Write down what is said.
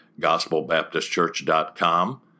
gospelbaptistchurch.com